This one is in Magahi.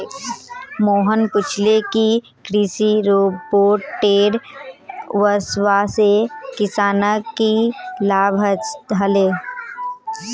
मोहन पूछले कि कृषि रोबोटेर वस्वासे किसानक की लाभ ह ले